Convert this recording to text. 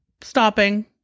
stopping